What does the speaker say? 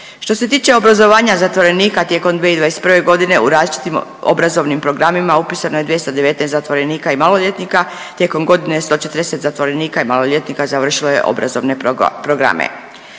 Što se tiče obrazovanja zatvorenika tijekom 2021.g. u različitim obrazovnim programima upisano je 219 zatvorenika i maloljetnika tijekom godine 140 zatvorenika i maloljetnika završilo je obrazovne programe